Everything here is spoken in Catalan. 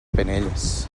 penelles